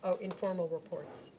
so informal reports.